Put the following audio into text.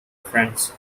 friends